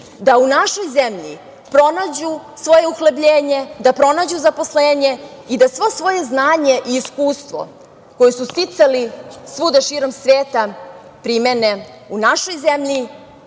da u našoj zemlji pronađu svoje uhlebljenje, da pronađu zaposlenje i da svo svoje znanje i iskustvo koje su sticali svuda širom sveta, primene u našoj zemlji,